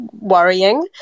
worrying